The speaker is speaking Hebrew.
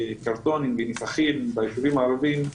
קרטונים ונפחים ביישובים הערביים,